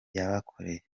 yabakoreye